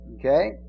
Okay